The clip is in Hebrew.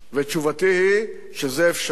תשובתי היא שזה אפשרי.